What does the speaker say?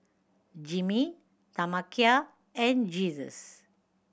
Jimmie Tamekia and Jesus